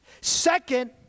Second